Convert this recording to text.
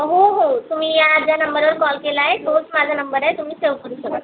हो हो तुम्ही या ज्या नंबरवर कॉल केला आहे तोच माझा नंबर आहे तुम्ही सेव्ह करू शकता